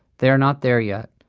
they are not there yet.